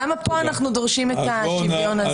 למה פה אנחנו דורשים את השוויון הזה?